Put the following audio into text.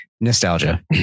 nostalgia